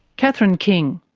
catherine king.